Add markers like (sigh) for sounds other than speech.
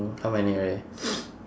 how many already (noise)